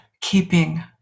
keeping